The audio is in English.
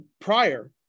prior